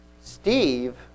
Steve